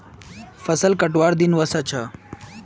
फसल कटवार दिन व स छ